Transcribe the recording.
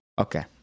okay